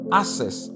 access